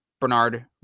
Bernard